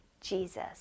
Jesus